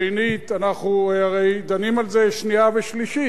שנית, אנחנו הרי דנים על זה בשנייה ושלישית.